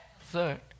Third